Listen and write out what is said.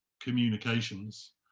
communications